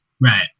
Right